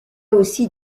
aussi